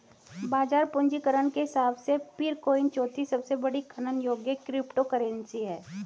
बाजार पूंजीकरण के हिसाब से पीरकॉइन चौथी सबसे बड़ी खनन योग्य क्रिप्टोकरेंसी है